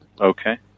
Okay